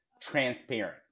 transparent